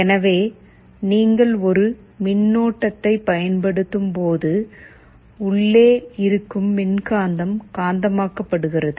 எனவே நீங்கள் ஒரு மின்னோட்டத்தைப் பயன்படுத்தும் போது உள்ளே இருக்கும் மின்காந்தம் காந்தமாக்கப்படுகிறது